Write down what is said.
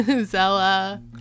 zella